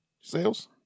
sales